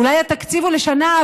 אולי התקציב הוא לשנה,